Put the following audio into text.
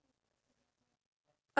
iya